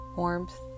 warmth